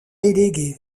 délégué